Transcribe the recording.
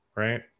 right